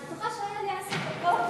את בטוחה שהיו לי עשר דקות?